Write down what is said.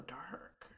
dark